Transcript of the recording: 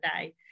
day